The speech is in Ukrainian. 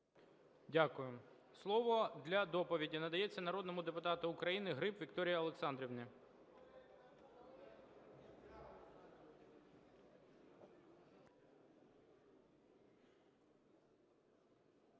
Дякую. Слово для доповіді надається народному депутату України Гриб Вікторії Олександрівні.